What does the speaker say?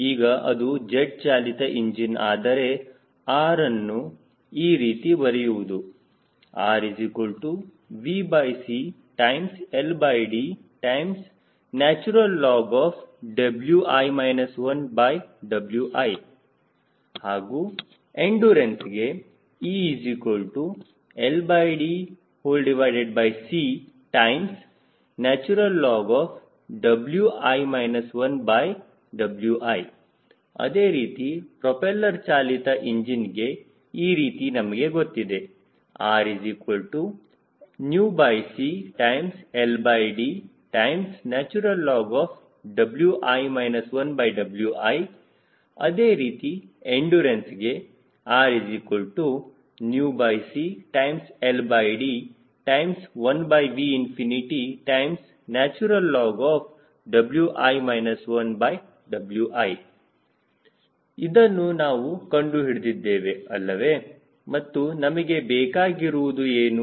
ಈಗ ಅದು ಜೆಟ್ ಚಾಲಿತ ಇಂಜಿನ್ ಆದರೆ R ನ್ನು ಈ ರೀತಿ ಬರೆಯುವುದು RVCLDlnWi 1Wi ಹಾಗೂ ಎಂಡುರನ್ಸ್ಗೆ ELDClnWi 1Wi ಅದೇ ರೀತಿ ಪ್ರೋಪೆಲ್ಲರ್ ಚಾಲಿತ ಇಂಜಿನಿಗೆ ಈ ರೀತಿ ನಮಗೆ ಗೊತ್ತಿದೆ RCLDlnWi 1Wi ಅದೇ ರೀತಿ ಎಂಡುರನ್ಸ್ಗೆ RCLD1VlnWi 1Wi ಇದನ್ನು ನಾವು ಕಂಡುಹಿಡಿದಿದ್ದೇವೆ ಅಲ್ಲವೇ ಮತ್ತು ನಮಗೆ ಬೇಕಾಗಿರುವುದು ಏನು